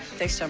thanks, chum.